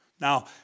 Now